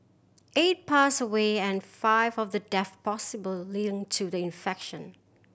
eight passed away and five of the deaths possibly linked to the infection